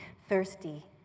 thirsty,